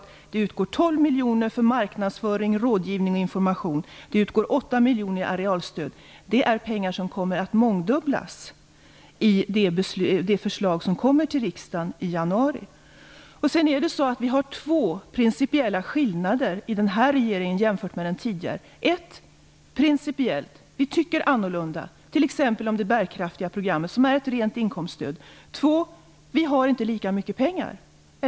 Nu utgår 12 miljoner för marknadsföring, rådgivning och information och 8 miljoner i arealstöd. Dessa summor mångdubblas i det förslag som kommer till riksdagen i januari. Det finns två principiella skillnader mellan den här regeringen och den tidigare. För det första tycker vi annorlunda, t.ex. om det bärkraftiga programmet, som är ett rent inkomststöd. För det andra har vi inte lika mycket pengar.